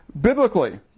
biblically